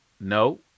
no